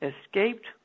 escaped